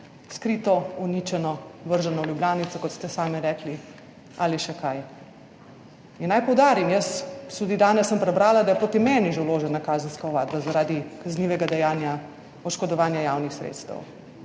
skrito, uničeno, vrženo v Ljubljanico, kot ste sami rekli, ali še kaj. In naj poudarim, jaz, tudi danes sem prebrala, da je proti meni že vložena kazenska ovadba zaradi kaznivega dejanja oškodovanja javnih sredstev.